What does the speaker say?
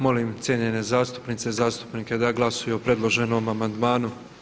Molim cijenjene zastupnice i zastupnike da glasuju o predloženom amandmanu.